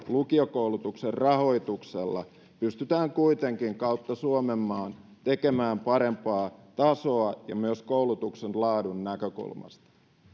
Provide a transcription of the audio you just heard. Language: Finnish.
lukiokoulutuksen rahoituksella pystytään kuitenkin kautta suomenmaan tekemään parempaa tasoa ja myös koulutuksen laadun näkökulmasta